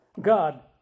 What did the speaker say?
God